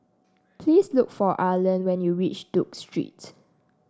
please look for Erland when you reach Duke Street